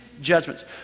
judgments